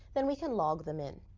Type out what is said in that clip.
then we can log them in.